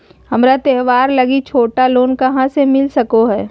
हमरा त्योहार लागि छोटा लोन कहाँ से मिल सको हइ?